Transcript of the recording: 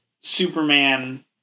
Superman